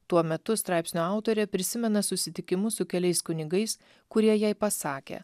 tuo metu straipsnio autorė prisimena susitikimus su keliais kunigais kurie jai pasakė